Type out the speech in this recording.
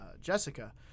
Jessica